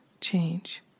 change